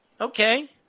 Okay